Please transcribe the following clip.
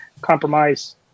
Compromise